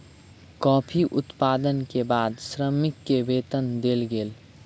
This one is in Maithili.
कॉफ़ी उत्पादन के बाद श्रमिक के वेतन देल गेल